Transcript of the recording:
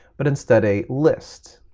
but instead a list.